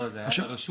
לא, זה לרשות.